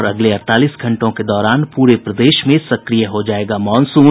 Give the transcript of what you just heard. और अगले अड़तालीस घंटों के दौरान पूरे प्रदेश में सक्रिय हो जायेगा मॉनसून